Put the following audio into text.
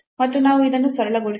ಮತ್ತು ನಾವು ಇದನ್ನು ಸರಳಗೊಳಿಸಿದಾಗ